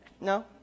no